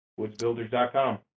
woodsbuilders.com